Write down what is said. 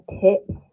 tips